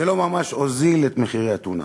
זה לא ממש הוזיל את מחירי הטונה.